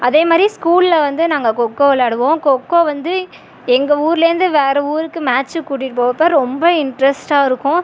அதேமாரி ஸ்கூலில் வந்து நாங்கள் கொக்கோ விளாடுவோம் கொக்கோ வந்து எங்கள் ஊர்லேருந்து வேறே ஊருக்கு மேட்ச்சுக்கு கூட்டிட்டுப் போறப்போ ரொம்ப இன்ட்ரெஸ்ட்டாக இருக்கும்